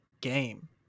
game